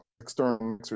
external